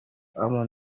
اما